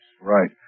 Right